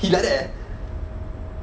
he like that leh